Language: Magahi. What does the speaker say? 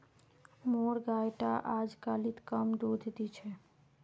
मोर गाय टा अजकालित कम दूध दी छ